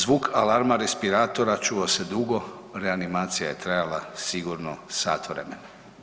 Zvuk alarma respiratora čuo se dugo, reanimacija je trajala sigurno sat vremena.